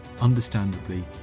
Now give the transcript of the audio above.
understandably